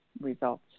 results